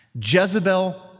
Jezebel